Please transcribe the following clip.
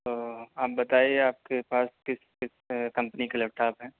تو آپ بتائیے آپ کے پاس کس کس کمپنی کے لیپ ٹاپ ہیں